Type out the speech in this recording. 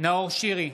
נאור שירי,